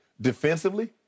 Defensively